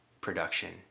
production